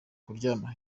kuryama